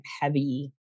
heavy